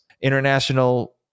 international